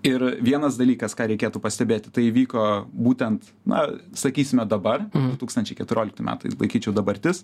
ir vienas dalykas ką reikėtų pastebėti tai įvyko būtent na sakysime dabar du tūkstančiai keturiolikti metai laikyčiau dabartis